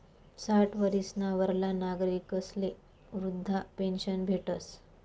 साठ वरीसना वरला नागरिकस्ले वृदधा पेन्शन भेटस